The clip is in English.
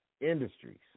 industries